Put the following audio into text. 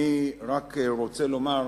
אני רק רוצה לומר,